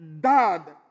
dad